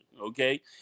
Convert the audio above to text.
okay